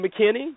McKinney